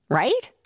right